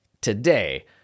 today